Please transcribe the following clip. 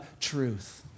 truth